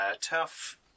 tough